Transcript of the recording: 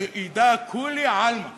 שידע כולי עלמא